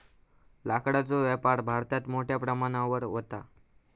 लाकडाचो व्यापार भारतात मोठ्या प्रमाणावर व्हता